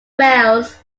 wells